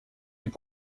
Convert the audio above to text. est